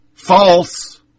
false